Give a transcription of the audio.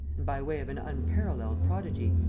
by way of an unparalleled prodigy,